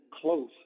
close